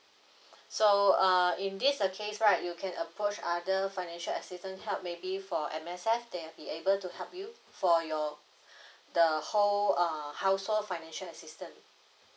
so uh if this the case right you can approach other financial assistance help maybe for M_S_F they will be able to help you for your the whole err household financial assistance